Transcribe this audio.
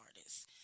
artists